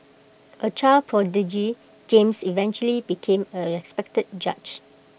A child prodigy James eventually became A respected judge